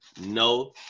No